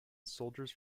soldiers